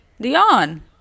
Dion